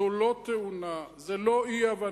זו לא תאונה, זו לא אי-הבנה.